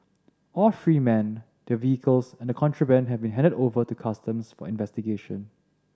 all three men their vehicles and the contraband have been handed over to Customs for investigation